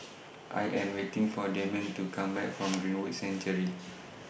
I Am waiting For Dameon to Come Back from Greenwood Sanctuary